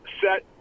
set